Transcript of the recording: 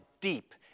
deep